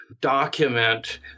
document